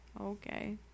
Okay